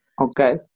Okay